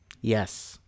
yes